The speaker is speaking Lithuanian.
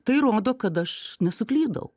tai rodo kad aš nesuklydau